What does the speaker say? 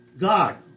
God